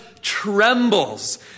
Trembles